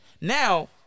Now